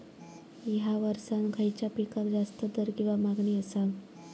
हया वर्सात खइच्या पिकाक जास्त दर किंवा मागणी आसा?